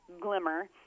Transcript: glimmer